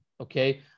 okay